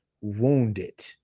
wounded